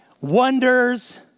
wonders